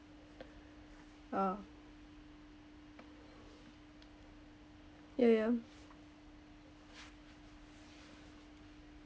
ah yeah yeah